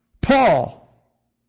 Paul